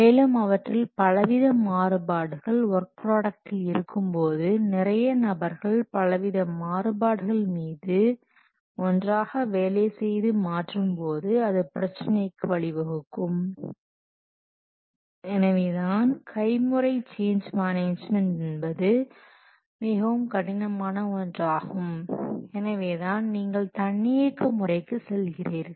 மேலும் அவற்றில் பலவித மாறுபாடுகள் ஒர்க் ப்ராடக்டில் இருக்கும்போது நிறைய நபர்கள் பலவித மாறுபாடுகள் மீது ஒன்றாக வேலை செய்து மாற்றும்போது அது பிரச்சினைக்கு வழிவகுக்கும் எனவேதான் கைமுறை சேஞ்ச் மேனேஜ்மென்ட் என்பது மிகவும் கடினமான ஒன்றாகும் எனவேதான் நீங்கள் தன்னியக்க முறைக்கு செல்கிறீர்கள்